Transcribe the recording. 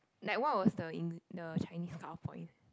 that one was the in the Chinese powerpoint